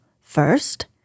First